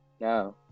No